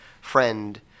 friend